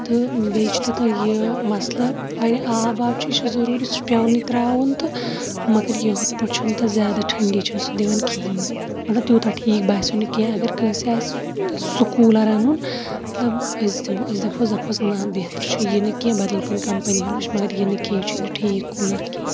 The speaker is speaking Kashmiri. تہٕ بیٚیہِ چھُ تَتھ یہِ مَثلہٕ وۄنۍ آب واب چھُ یہِ چھُ ضروٗری سُہ چھُ پیوٲنی ترٛاوُن تہٕ مگر یہِ ہُتھ پٲٹھۍ چھُنہٕ تتھ زیادٕ ٹھٔنٛڈی چھُنہٕ سُہ دِوان کِہیٖنۍ مَطلب تِیوٗتاہ ٹھیٖک باسیو نہٕ کینٛہہ اگر کٲنٛسہِ آسہِ سُہ کوٗلر اَنُن مَطلب أسۍ دِم أسۍ دَپہوس دَپہوس نہ بہتر چھُ یہِ نہٕ کینٛہہ بَدل کُنہِ کَمپنی ہُنٛد وٕچھ مَگر یہِ نہٕ کینٛہہ یہِ چھُنہٕ ٹھیٖک کوٗلر کِہیٖنۍ